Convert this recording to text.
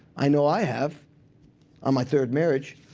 i know i have on my third marriage.